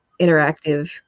interactive